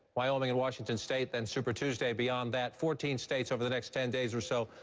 wyoming and washington state, then super tuesday, beyond that. fourteen states over the next ten days or so.